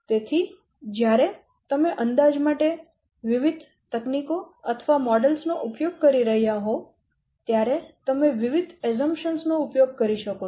તેથી જ્યારે તમે અંદાજ માટે વિવિધ તકનીકો અથવા મોડેલો નો ઉપયોગ કરી રહ્યાં હોવ ત્યારે તમે વિવિધ ધારણાઓ નો ઉપયોગ કરી શકો છો